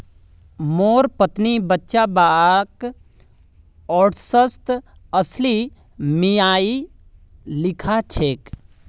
मोर पत्नी बच्चा लाक ओट्सत अलसी मिलइ खिला छेक